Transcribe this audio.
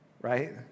right